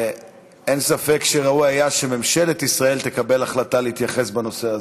אין ספק שראוי היה שממשלת ישראל תקבל החלטה להתייחס בנושא הזה,